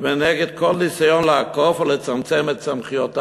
והם נגד כל ניסיון לעקוף או לצמצם את סמכויותיו.